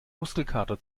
muskelkater